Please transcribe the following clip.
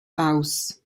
aus